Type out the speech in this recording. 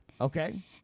Okay